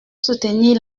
soutenir